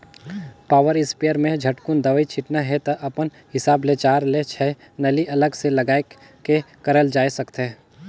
power sprayer में झटकुन दवई छिटना हे त अपन हिसाब ले चार ले छै नली अलग से लगाये के करल जाए सकथे